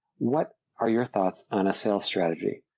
what are your thoughts on a sales strategy,